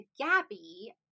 Gabby